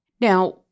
Now